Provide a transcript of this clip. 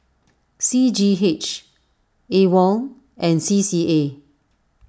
C G H Awol and C C A